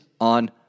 on